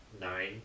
nine